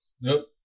nope